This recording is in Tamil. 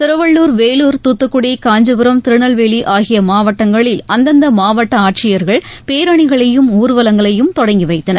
திருவள்ளுர் வேலூர் துத்துக்குடி காஞ்சிபுரம் திருநெல்வேலி ஆகிய மாவட்டங்களில் அந்தந்த மாவட்ட ஆட்சியர்கள் பேரணிகளையும் ஊர்வலங்களையும் தொடங்கி வைத்தனர்